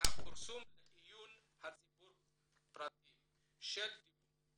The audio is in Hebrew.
ומהפרסום לעיון הציבור פרטים של דוברים